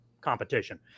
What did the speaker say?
competition